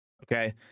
Okay